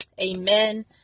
Amen